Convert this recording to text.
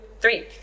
three